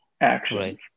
actions